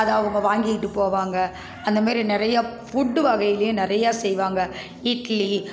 அதை அவங்க வாங்கிக்கிட்டு போவாங்க அந்தமாரி நிறையா ஃபுட்டு வகையிலையும் நிறையா செய்வாங்க இட்லி